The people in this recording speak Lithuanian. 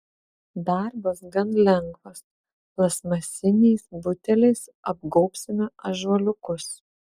darbas gan lengvas plastmasiniais buteliais apgaubsime ąžuoliukus